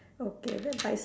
okay the bicy~